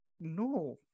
no